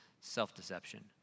self-deception